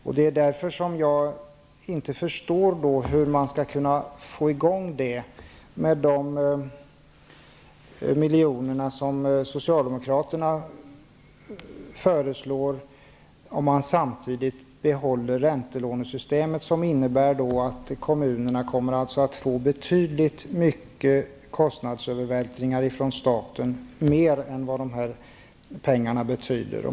Jag förstår inte hur man skall kunna få i gång det med de miljoner som socialdemokraterna föreslår, om man samtidigt behåller räntelånesystemet, som innebär att kommunerna kommer att få betydligt större kostnadsövervältringar från staten än de här pengarna täcker.